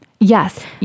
Yes